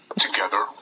Together